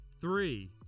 three